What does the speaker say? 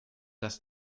dass